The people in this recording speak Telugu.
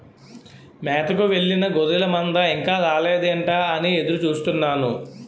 మేతకు వెళ్ళిన గొర్రెల మంద ఇంకా రాలేదేంటా అని ఎదురు చూస్తున్నాను